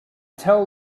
tell